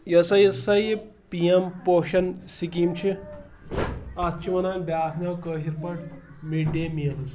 یۄس ہہَ یۄس سا یہِ پی ایم پوشَن سِکیٖم چھِ اَتھ چھِ وَنان بیٛاکھ ناو کٲشِر پٲٹھۍ مِڈ ڈے میٖلٕز